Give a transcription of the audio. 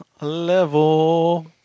level